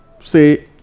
say